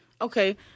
Okay